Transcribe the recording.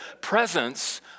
presence